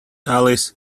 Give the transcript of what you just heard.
alice